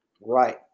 right